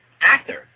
actor